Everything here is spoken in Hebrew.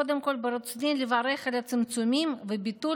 קודם כול ברצוני לברך על הצמצומים ועל ביטול